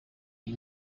iyi